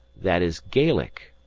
that is gaelic.